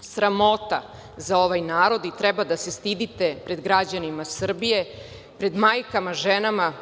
sramota za ovaj narod i treba da se stidite pred građanima Srbije, pred majkama, ženama